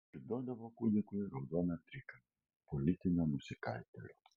ir duodavo kūdikiui raudoną trikampį politinio nusikaltėlio